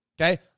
okay